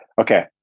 Okay